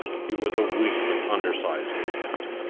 he was a weakly, undersized man.